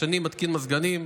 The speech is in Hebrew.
השני מתקין מזגנים,